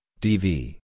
DV